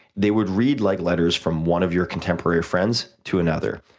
they would read like letters from one of your contemporary friends to another.